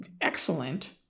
excellent